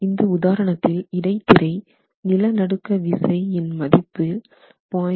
இந்த உதாரணத்தில் இடை திரை நில நடுக்க விசை F px இன் மதிப்பு 0